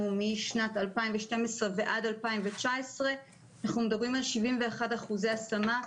משנת 2012 ועד 2019. אנחנו מדברים על 71% השמה.